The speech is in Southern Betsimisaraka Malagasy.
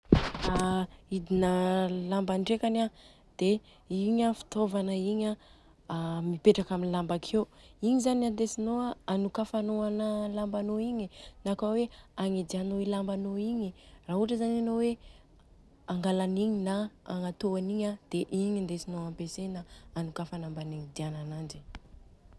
Hidina lamba ndrekany a dia igny a fitaovana igny a mipetraka amina lamba akeo. Igny zany andesina a anokafanô ana i lambanô igny, na kôa hoe agnidianô i lambanô igny. Raha ohatra zany anô hoe angala an'igny na agnatô an'igny, dia igny indesinô ampiasaina anokafana na agnidiana ananjy.